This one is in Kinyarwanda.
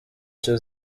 cyo